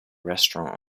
restaurant